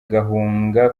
gahunga